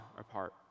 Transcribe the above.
apart